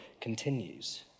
continues